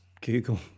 google